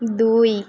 ଦୁଇ